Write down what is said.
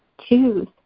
Choose